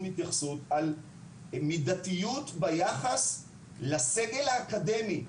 התייחסות על מידתיות ביחס לסגל האקדמי.